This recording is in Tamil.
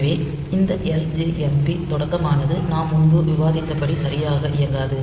எனவே இந்த ljmp தொடக்கமானது நாம் முன்பு விவாதித்தபடி சரியாக இயங்காது